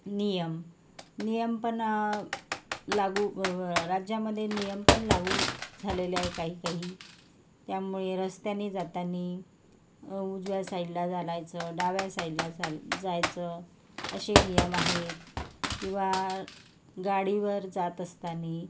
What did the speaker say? नियम नियम पण लागू राज्यामध्ये नियम पण लागू झालेले आहे काही काही त्यामुळे रस्त्याने जाताना उजव्या साइडला चालायचं डाव्या साइडला चाला जायचं असे नियम आहेत किंवा गाडीवर जात असताना